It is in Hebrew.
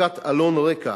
הפקת עלון רקע